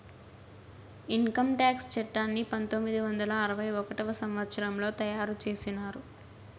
income tax చట్టాన్ని పంతొమ్మిది వందల అరవై ఒకటవ సంవచ్చరంలో తయారు చేసినారు